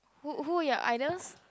who who are your idols